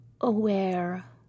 aware